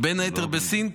בין היתר בסין,